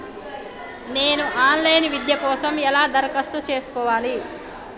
నేను online విద్య కోసం ఎలా దరఖాస్తు చేసుకోవాలి?